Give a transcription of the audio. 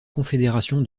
confédération